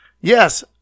yes